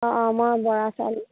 অঁ আমাৰ বৰা চাউল